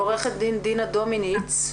עו"ד דינה דומיניץ,